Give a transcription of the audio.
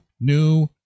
new